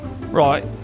Right